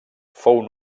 fou